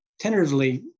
tentatively